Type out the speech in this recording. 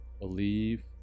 Believe